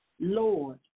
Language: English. Lord